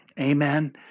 Amen